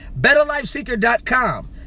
betterlifeseeker.com